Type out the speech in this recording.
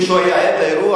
מישהו את האירוע?